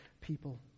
people